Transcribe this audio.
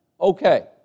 Okay